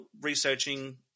researching